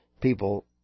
people